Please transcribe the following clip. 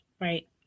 Right